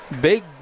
big